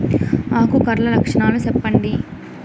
ఆకు కర్ల లక్షణాలు సెప్పండి